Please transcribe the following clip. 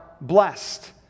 blessed